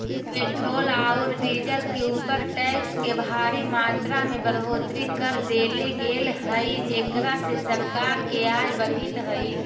petrol औउर diesel के ऊपर टैक्स के भारी मात्रा में बढ़ोतरी कर देले गेल हई जेकरा से सरकार के आय बढ़ीतऽ हई